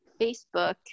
Facebook